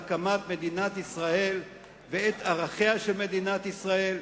הקמת מדינת ישראל ואת ערכיה של מדינת ישראל